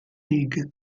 league